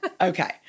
Okay